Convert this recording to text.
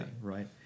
right